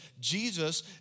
Jesus